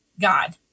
God